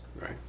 right